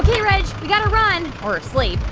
ok, reg. we got to run or sleep.